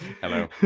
Hello